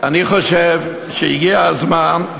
אני חושב שהגיע הזמן.